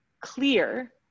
clear